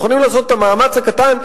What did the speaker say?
מוכנים לעשות את המאמץ הקטן,